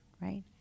right